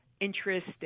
interest